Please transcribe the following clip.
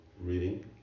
reading